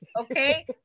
Okay